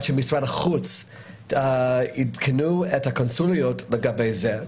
שמשרד החוץ עדכן את הקונסוליות לגבי זה.